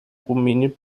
rumänien